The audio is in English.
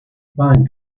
pine